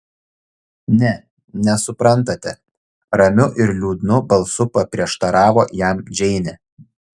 ne nesuprantate ramiu ir liūdnu balsu paprieštaravo jam džeinė